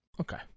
Okay